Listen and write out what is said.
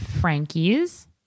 Frankie's